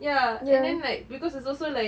ya and then like cause it's also like